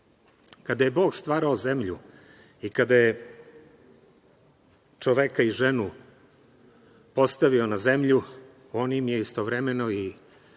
je Bog stvarao Zemlju i kada je čoveka i ženu postavio na Zemlju, on im je istovremeno i